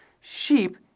sheep